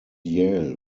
yale